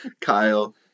Kyle